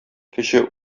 кече